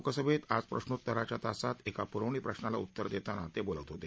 लोकसभेत आज प्रश्रोत्तराच्या तासात एका पूरवणी प्रश्राला उत्तर देताना ते बोलत होते